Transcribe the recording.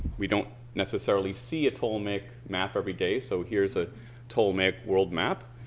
we don't necessarily see a ptolemaic map everyday so here's a ptolemaic world map,